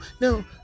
no